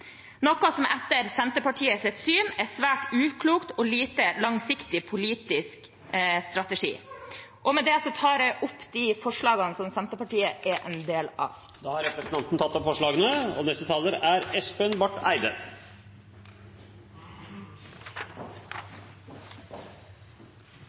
noe som etter Senterpartiets syn er svært uklokt og en lite langsiktig politisk strategi. Med det tar jeg opp forslaget fra Senterpartiet og Sosialistisk Venstreparti. Representanten Sandra Borch har tatt opp